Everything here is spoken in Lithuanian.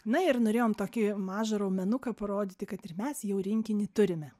na ir norėjom tokį mažą raumenuką parodyti kad ir mes jau rinkinį turime